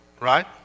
right